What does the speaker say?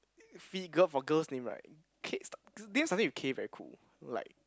figure for girls name right K start name starting with K very cool like